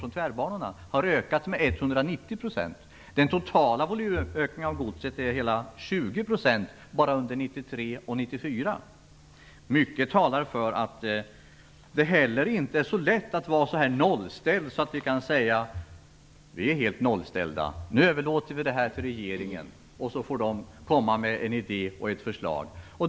En del av detta kommer i och för sig från tvärbanorna. Den totala volymökningen av godset är hela 20 % bara under 1993 och 1994. Mycket talar för att det inte heller är så lätt att vara så nollställd att man kan säga att man överlåter detta till regeringen. Sedan får den komma med en idé och ett förslag.